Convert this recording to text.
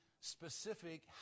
specific